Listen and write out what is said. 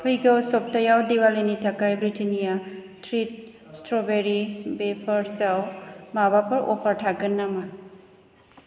फैगौ सब्थायाव दिवालीनि थाखाय ब्रिटेनिया त्रिट स्ट्र'बेरि वेफार्सआव माबाफोर अफार थागोन नामा